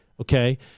okay